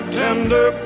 tender